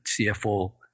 CFO